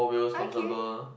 okay